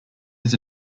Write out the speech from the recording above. his